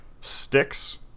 sticks